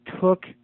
took